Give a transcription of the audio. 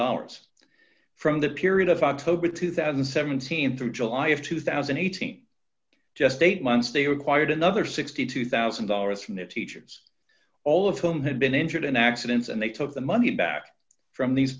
dollars from the period of october two thousand and seventeen through july of two thousand and eighteen just eight months they required another sixty two thousand dollars for new teachers all of whom had been injured in accidents and they took the money back from these